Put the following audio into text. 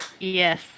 Yes